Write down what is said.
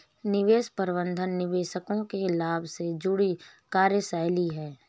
निवेश प्रबंधन निवेशकों के लाभ से जुड़ी कार्यशैली है